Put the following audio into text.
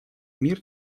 мир